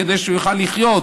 כדי שהוא יוכל לחיות,